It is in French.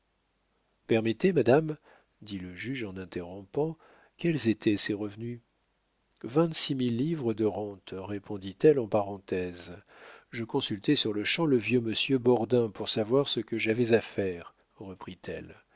permettez madame dit le juge en interrompant quels étaient ces revenus vingt-six mille livres de rente répondit-elle en parenthèse je consultai sur-le-champ le vieux monsieur bordin pour savoir ce que j'avais à faire